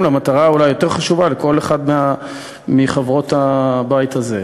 למטרה שהיא אולי היותר-חשובה לכל אחד מחברי הבית הזה.